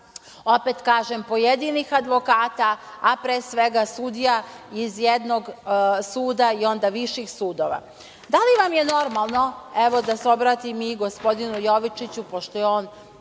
opet kažem pojedinih advokata, a pre svega sudija iz jednog suda i onda viših sudova. Da li vam je normalno, evo da se obratim i gospodinu Jovičiću pošto je on